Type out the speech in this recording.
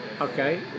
Okay